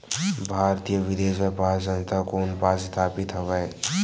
भारतीय विदेश व्यापार संस्था कोन पास स्थापित हवएं?